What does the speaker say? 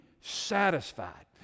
satisfied